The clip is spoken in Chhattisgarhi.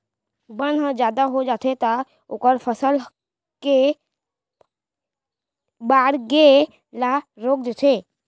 बन ह जादा हो जाथे त ओहर फसल के बाड़गे ल रोक देथे